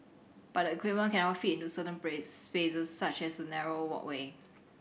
but the equipment cannot fit into certain place spaces such as a narrow walkway